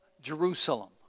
Jerusalem